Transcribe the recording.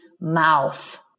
mouth